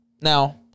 Now